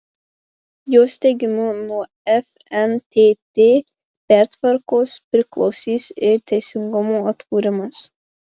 jos teigimu nuo fntt pertvarkos priklausys ir teisingumo atkūrimas